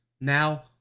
Now